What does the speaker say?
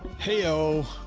heyo.